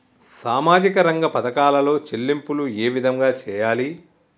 సామాజిక రంగ పథకాలలో చెల్లింపులు ఏ విధంగా చేయాలి?